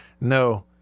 No